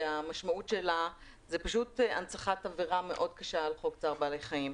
הנצחת עבירה מאוד קשה על חוק צער בעלי חיים.